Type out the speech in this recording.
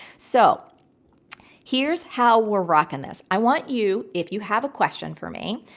so here's how we're rocking this. i want you, if you have a question for me,